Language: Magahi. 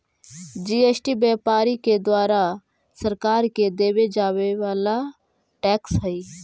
जी.एस.टी व्यापारि के द्वारा सरकार के देवे जावे वाला टैक्स हई